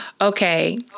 Okay